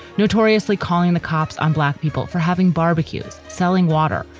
notoriously calling the cops on black people for having barbecues, selling water,